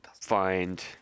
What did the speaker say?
find